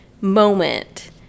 moment